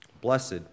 Blessed